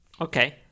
Okay